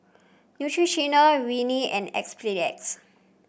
Neutrogena Rene and Enzyplex